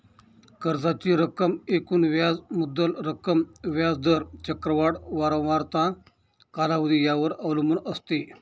कर्जाची रक्कम एकूण व्याज मुद्दल रक्कम, व्याज दर, चक्रवाढ वारंवारता, कालावधी यावर अवलंबून असते